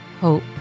Hope